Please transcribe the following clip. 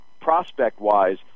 prospect-wise